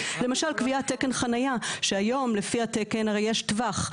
למשל קביעת תקן חניה שהיום לפי התקן הרי יש טווח,